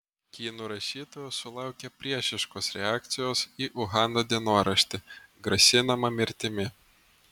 kinų rašytoja sulaukė priešiškos reakcijos į uhano dienoraštį grasinama mirtimi